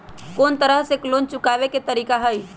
कोन को तरह से लोन चुकावे के तरीका हई?